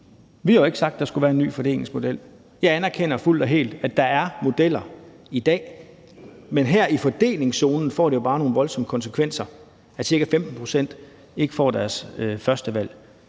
Vi har jo ikke sagt, at der skulle være en ny fordelingsmodel. Jeg anerkender fuldt og helt, at der er modeller i dag, men her i fordelingszonen får det jo bare nogle voldsomme konsekvenser, nemlig at ca. 15 pct. ikke får deres førstevalg.